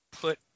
put